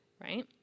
Right